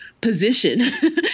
position